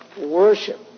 worship